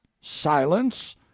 silence